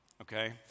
Okay